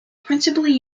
principally